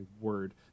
word